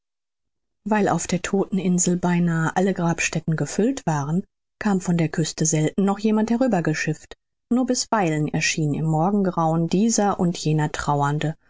weil auf der todteninsel beinahe alle grabstätten gefüllt waren kam von der küste selten noch jemand herübergeschifft nur bisweilen erschien im morgengrauen dieser und jener trauernde